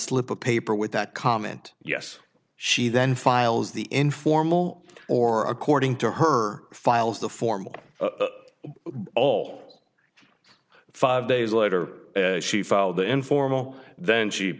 slip of paper with that comment yes she then files the informal or according to her files the formal all five days later she filed the informal then